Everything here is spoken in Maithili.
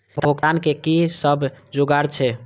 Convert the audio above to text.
भुगतान के कि सब जुगार छे?